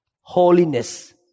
holiness